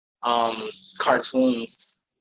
cartoons